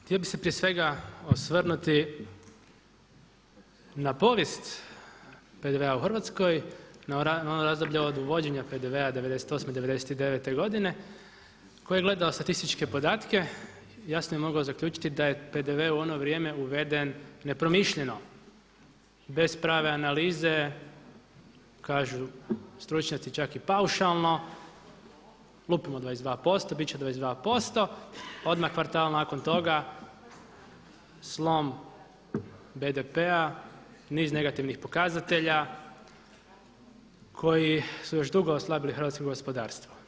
Htio bih se prije svega osvrnuti na povijest PDV-a u Hrvatskoj, na ono razdoblje od uvođenja PDV-a '98., '99. godine, tko je gledao statističke podatke jasno je mogao zaključiti da je PDV u ono vrijeme uveden nepromišljeno, bez prave analize kažu stručnjaci čak i paušalno lupimo 22%, bit će 22%, odmah kvartal nakon toga slom BDP-a, niz negativnih pokazatelja koji su još dugo oslabili hrvatskog gospodarstvo.